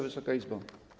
Wysoka Izbo!